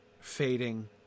fading